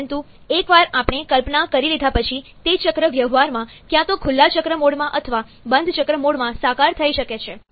પરંતુ એકવાર આપણે કલ્પના કરી લીધા પછી તે ચક્ર વ્યવહારમાં ક્યાં તો ખુલ્લા ચક્ર મોડમાં અથવા બંધ ચક્ર મોડમાં સાકાર થઈ શકે છે